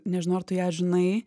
nežinau ar tu ją žinai